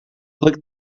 click